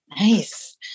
Nice